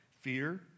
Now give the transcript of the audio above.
fear